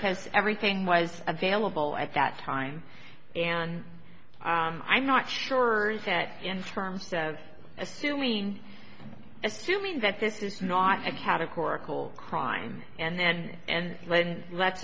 because everything was available at that time and i'm not sure that in terms of assuming assuming that this is not a categorical crime and then and then let's